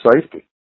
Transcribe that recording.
safety